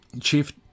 Chief